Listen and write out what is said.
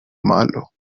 malo